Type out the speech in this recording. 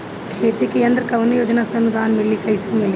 खेती के यंत्र कवने योजना से अनुदान मिली कैसे मिली?